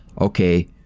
okay